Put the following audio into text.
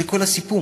זה כל הסיפור.